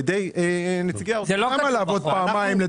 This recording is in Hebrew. למה לעבוד פעמיים?